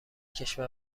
کشور